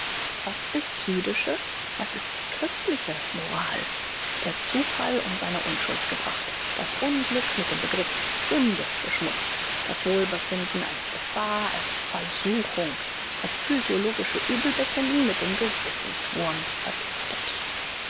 was ist jüdische was ist christliche moral der zufall um seine unschuld gebracht das unglück mit dem begriff sünde beschmutzt das wohlbefinden als gefahr als versuchung das physiologische übelbefinden mit dem gewissens wurm vergiftet